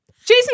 Jason